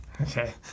Okay